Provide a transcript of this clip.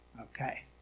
Okay